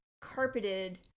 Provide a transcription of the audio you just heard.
carpeted